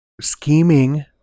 scheming